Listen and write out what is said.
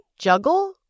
juggle